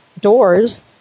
doors